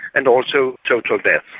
and also total deaths.